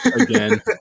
Again